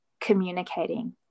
communicating